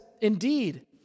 ...indeed